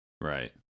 Right